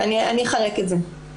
אני אחלק את זה.